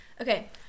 okay